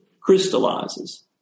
crystallizes